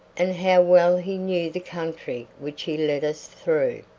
and how well he knew the country which he led us through.